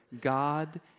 God